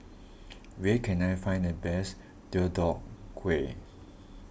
where can I find the best Deodeok Gui